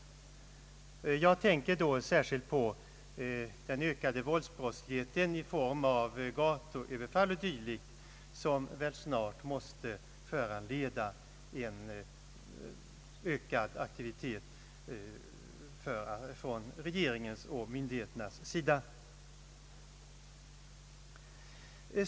Jag tänker särskilt på den ökade våldsbrottsligheten i form av gatuöverfall o.d., som väl snart måste föranleda en ökad aktivitet från regeringens och myndigheternas sida.